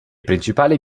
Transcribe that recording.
principali